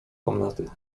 komnaty